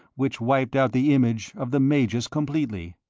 which wiped out the image of the magus completely,